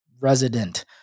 resident